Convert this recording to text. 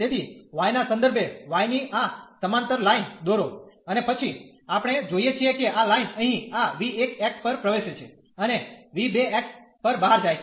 તેથી y ના સંદર્ભે y ની આ સમાંતર લાઈન દોરો અને પછી આપણે જોઈએ છીએ કે આ લાઈન અહીં આ v1 પર પ્રવેશે છે અને v2 પર બહાર જાય છે